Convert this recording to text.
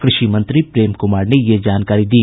कृषि मंत्री प्रेम कुमार ने यह जानकारी दी